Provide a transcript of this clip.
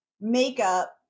makeup